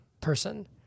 person